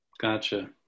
Gotcha